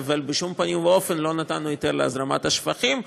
אבל בשום פנים ואופן לא נתנו היתר להזרמת שפכים.